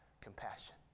compassion